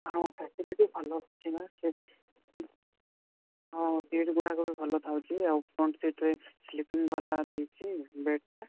ହଁ ଫ୍ୟାସିଲିଟି ଭଲ ଅଛି ବା ସେଇଟି ହୁଁ ହଁ ସିଟ୍ଗୁଡ଼ାକ ବି ଭଲ ଥାଉଛି ଆଉ ଫ୍ରଣ୍ଟ୍ ସିଟ୍ରେ ସ୍ଲିପିଂ ବାଲା ଦେଇଛି ବେଡ଼୍ଟା